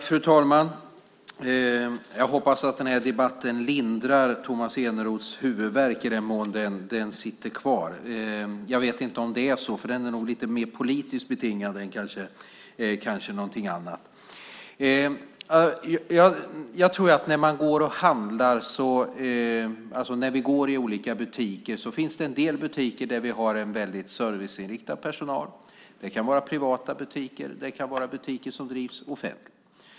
Fru talman! Jag hoppas att den här debatten lindrar Tomas Eneroths huvudvärk i den mån den sitter kvar. Jag vet inte om det är så - den är nog lite mer politiskt betingad än något annat. Vi går och handlar i olika butiker. I en del butiker finns serviceinriktad personal. Det kan vara privata butiker, och det kan vara butiker som drivs offentligt.